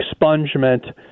expungement